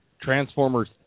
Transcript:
Transformers